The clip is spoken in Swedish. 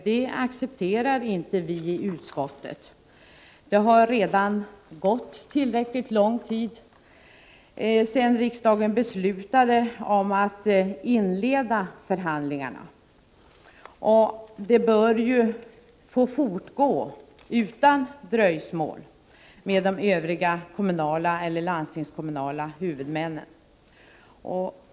Det accepterar inte vi i utskottet. Det har redan gått tillräckligt lång tid sedan riksdagen beslutade om att inleda förhandlingarna. Arbetet bör få fortgå utan dröjsmål med de övriga kommunala eller landstingskommunala huvudmännen.